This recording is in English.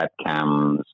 webcams